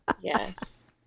Yes